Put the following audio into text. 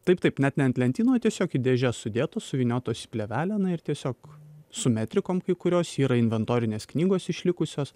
taip taip net ne ant lentynų o tiesiog į dėžes sudėtos suvyniotos į plėvelę na ir tiesiog su metrikom kai kurios yra inventorinės knygos išlikusios